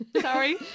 Sorry